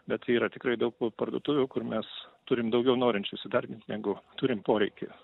bet yra tikrai daug parduotuvių kur mes turim daugiau norinčių įsidarbint negu turim poreikį